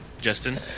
Justin